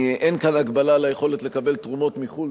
אין כאן הגבלה על היכולת לקבל תרומות מחו"ל,